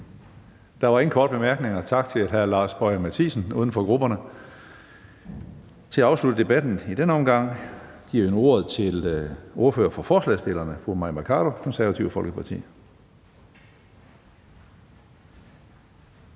er ikke ønske om korte bemærkninger. Tak til hr. Lars Boje Mathiesen, uden for grupperne. Til at afslutte debatten i denne omgang giver jeg nu ordet til ordføreren for forslagsstillerne, fru Mai Mercado, Det Konservative Folkeparti.